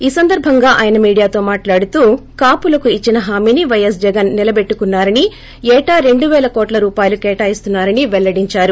ఈ సందర్బంగా ఆయన మీడియాతో మాట్లాడుతూ కాపులకు ఇచ్చిన హామీని పైఎస్ జగన్ నిలబెట్టుకున్నారని ఏటా రెండు పేల కోట్ల రూపాయలు కేటాయిస్తున్నా రని వెల్లడిందారు